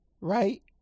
right